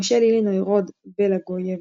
מושל אילינוי רוד בלאגוייביץ',